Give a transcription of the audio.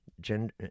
gender